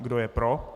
Kdo je pro?